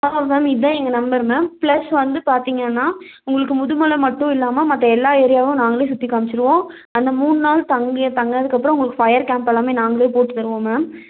ஆ ma'am இதுதான் எங்க number ma'am plus வந்து பார்த்திங்கன்னா உங்களுக்கு முதுமலை மட்டுமில்லமா மற்ற எல்லா ஏரியாவும் நாங்களே சுற்றி காமிச்சிடுவோம் அந்த மூணு நாள் தங்குனதுக்கப்புறம் உங்களுக்கு ஃபயர் கேம்ப் எல்லாமே நாங்களே போட்டு தருவோம் மேம்